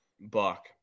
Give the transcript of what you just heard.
buck